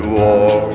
war